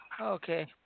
Okay